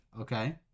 Okay